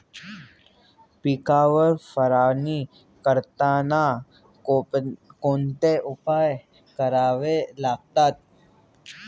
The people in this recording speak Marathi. पिकांवर फवारणी करताना कोणते उपाय करावे लागतात?